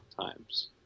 times